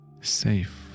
safe